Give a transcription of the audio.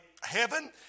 heaven